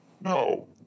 No